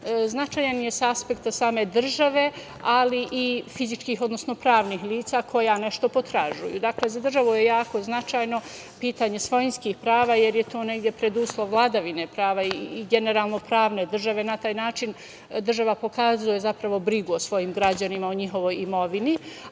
Značajan je sa aspekta same države, ali i fizičkih, odnosno pravnih lica koja nešto potražuju. Dakle, za državu je jako značajno pitanje svojinskih prava, jer je to negde preduslov vladavine prava i generalno pravne države. Na taj način država zapravo pokazuje brigu o svojim građanima, o njihovoj imovini.